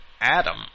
Adam